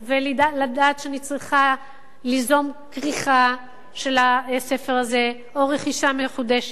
לדעת שאני צריכה ליזום כריכה של הספר הזה או רכישה מחודשת.